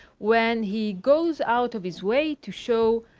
when he goes out of his way to show,